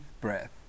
breath